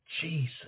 Jesus